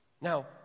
Now